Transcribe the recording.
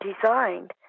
designed